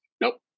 nope